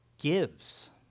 gives